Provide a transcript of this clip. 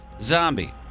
zombie